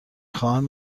خواهم